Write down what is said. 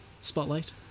Spotlight